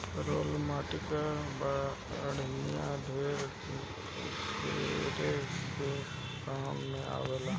roller माटी कअ बड़ियार ढेला फोरे के भी काम आवेला